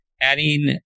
adding